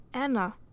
Anna